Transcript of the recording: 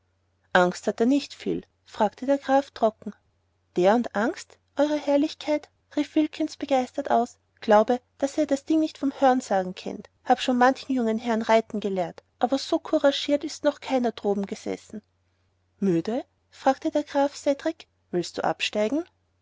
angst hat er nicht viel fragte der graf trocken der und angst euer herrlichkeit rief wilkins begeistert aus glaube daß er das ding nicht vom hörensagen kennt hab schon manchen jungen herrn reiten gelehrt aber so couragiert ist noch keiner droben gesessen müde fragte der graf cedrik willst du absteigen